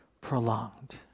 prolonged